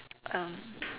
um